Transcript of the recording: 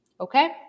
Okay